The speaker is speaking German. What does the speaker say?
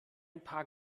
paar